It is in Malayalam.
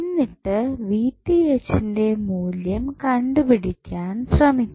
എന്നിട്ട് ന്റെ മൂല്യം കണ്ടുപിടിക്കാൻ ശ്രമിക്കാം